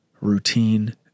routine